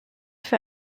für